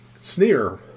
sneer